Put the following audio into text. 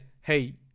hey